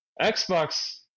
Xbox